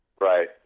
Right